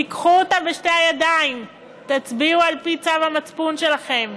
קחו אותה בשתי הידיים ותצביעו על-פי צו המצפון שלכם,